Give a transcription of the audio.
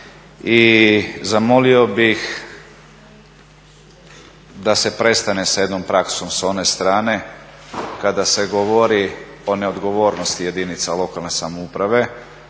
i zamolio bih da se prestane sa jednom praksom sa one strane kada se govori o neodgovornosti jedinica lokalne samouprave.